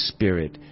Spirit